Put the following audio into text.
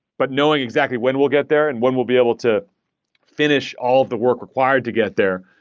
but knowing exactly when we'll get there and when we'll be able to finish all the work required to get there.